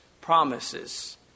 promises